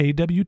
AWT